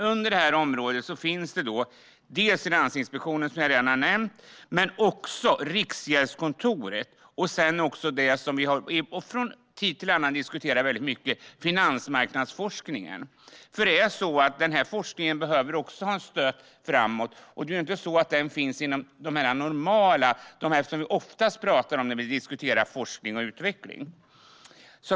Under detta område finns Finansinspektionen, Riksgäldskontoret och finansmarknadsforskning, som ju är något som vi från tid till annan diskuterar mycket. Denna forskning behöver också ha stöd framöver. Den ryms inte under det som vi i vanliga fall diskuterar när vi behandlar forskning och utveckling.